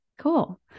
Cool